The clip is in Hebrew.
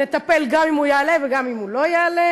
נטפל גם אם הוא יעלה וגם אם הוא לא יעלה.